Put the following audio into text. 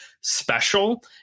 special